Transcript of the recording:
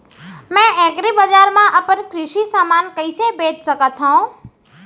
मैं एग्रीबजार मा अपन कृषि समान कइसे बेच सकत हव?